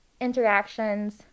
interactions